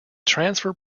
transfer